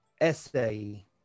essay